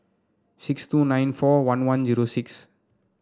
six two nine four one one zero six